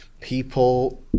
people